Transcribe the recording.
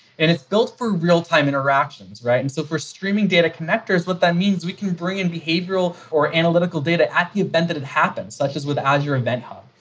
and it's built for real-time interactions. and so for streaming data connectors, what that means, we can bring in behavioral or analytical data at the event that it happens, such as with azure event hub.